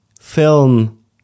film